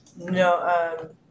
No